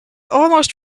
almost